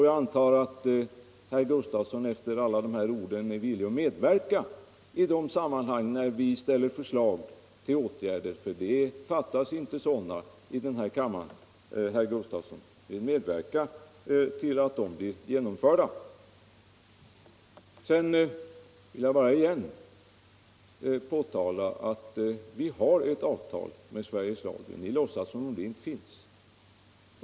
Jag antar att herr Gustavsson efter alla dessa ord är villig att i de sammanhang när vi ställer förslag till åtgärder — för det fattas inte sådana i den här kammaren, herr Gustavsson — medverkar till att de blir genomförda. Sedan vill jag bara igen framhålla att vi har ett avtal med Sveriges Radio. Ni låtsas som om det inte finns.